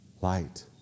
light